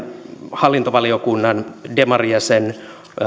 hallintovaliokunnan demarijäsen